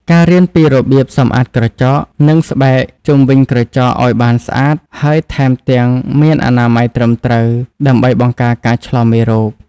ការរៀនពីរបៀបសម្អាតក្រចក និងស្បែកជុំវិញក្រចកឱ្យបានស្អាត ហើយថែមទាំងមានអនាម័យត្រឹមត្រូវ ដើម្បីបង្ការការឆ្លងមេរោគ។